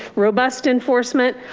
robust enforcement.